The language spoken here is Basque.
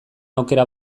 aukera